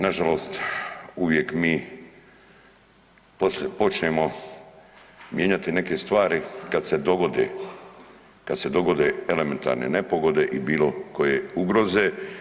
Na žalost uvijek mi počnemo mijenjati neke stvari kad se dogode, kad se dogode elementarne nepogode i bilo koje ugroze.